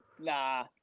nah